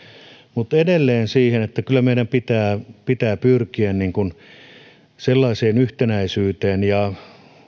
mutta edelleen kyllä meidän pitää pitää pyrkiä sellaiseen yhtenäisyyteen ja